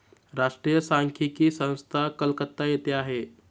राष्ट्रीय सांख्यिकी संस्था कलकत्ता येथे आहे